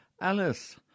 Alice